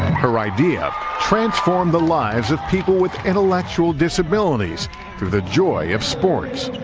her idea transformed the lives of people with intellectual disabilities through the joy of sports,